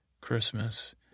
Christmas